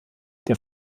der